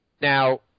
now